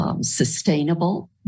Sustainable